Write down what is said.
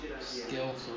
skills